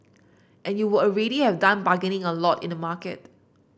and you would already have done bargaining a lot in the market